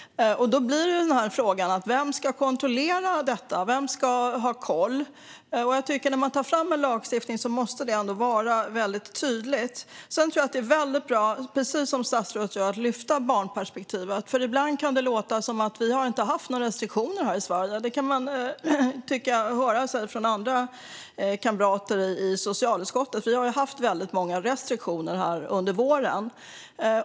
Då blir frågan: Vem ska kontrollera detta och ha koll? Jag tycker att det måste vara väldigt tydligt när en lagstiftning tas fram. Sedan tror jag att det är väldigt bra att, precis som statsrådet gör, lyfta fram barnperspektivet. Ibland kan det låta som att vi inte har haft några restriktioner här i Sverige. Detta tycker jag att man kan höra från andra kamrater i socialutskottet, men vi har haft många restriktioner här under våren.